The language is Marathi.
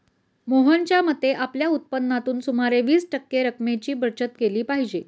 मोहनच्या मते, आपल्या उत्पन्नातून सुमारे वीस टक्के रक्कमेची बचत केली पाहिजे